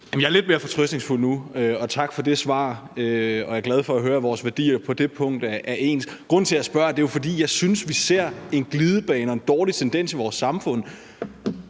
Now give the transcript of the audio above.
Jeg er lidt mere fortrøstningsfuld nu, og tak for det svar. Jeg er glad for at høre, at vores værdier på det punkt er ens. Grunden til, at jeg spørger, er jo, at jeg synes, vi ser en glidebane og en dårlig tendens i vores samfund,